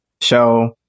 show